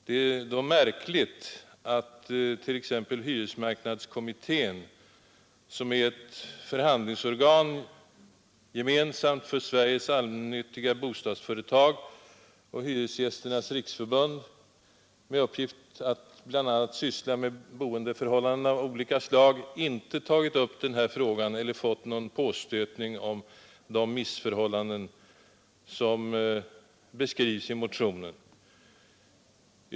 Det är då märkligt att t.ex. hyresmarknadskommittén, som är ett förhandlingsorgan gemensamt för Sveriges allmännyttiga bostadsföretag och Hyresgästernas riksförbund med uppgift att bl.a. syssla med boendeförhå!landen av olika slag, inte tagit upp den här frågan eller fått någon påstötning om de missförhållanden, som beskrivs i motionen.